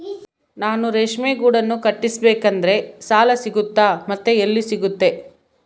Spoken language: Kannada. ನಾನು ರೇಷ್ಮೆ ಗೂಡನ್ನು ಕಟ್ಟಿಸ್ಬೇಕಂದ್ರೆ ಸಾಲ ಸಿಗುತ್ತಾ ಮತ್ತೆ ಎಲ್ಲಿ ಸಿಗುತ್ತೆ?